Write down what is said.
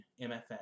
mff